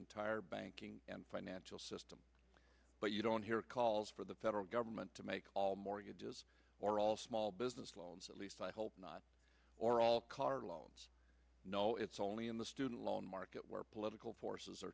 entire banking and financial system but you don't hear calls for the federal government to make mortgages or all small business loans at least i hope not or all car loans no it's only in the student loan market where political forces